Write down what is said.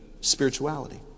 spirituality